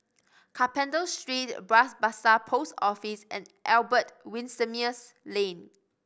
Carpenter Street Bras Basah Post Office and Albert Winsemius Lane